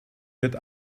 wird